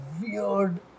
weird